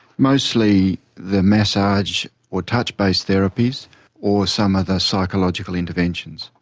mostly the massage or touch-based therapies or some other psychological interventions.